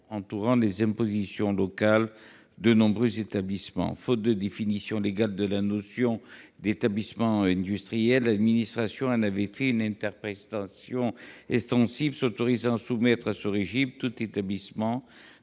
entourant les impositions locales de nombreux établissements. Faute de définition légale de la notion d'établissement industriel, l'administration en avait fait une interprétation extensive, s'autorisant à soumettre à ce régime tout établissement